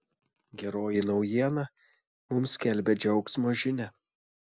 geroji naujiena mums skelbia džiaugsmo žinią